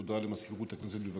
הודעה למזכירות הכנסת, בבקשה.